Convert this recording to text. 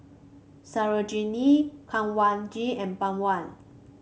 Sarojini Kanwaljit and Pawan